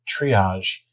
triage